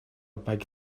big